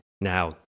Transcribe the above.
Now